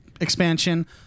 expansion